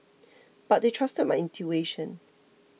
but they trusted my intuition